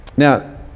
Now